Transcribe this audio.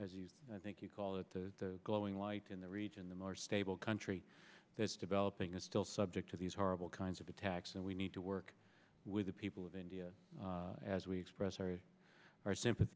as i think you call it the glowing light in the region the more stable country that's developing is still subject to these horrible kinds of attacks and we need to work with the people of india as we express our our sympathy